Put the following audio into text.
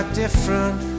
Different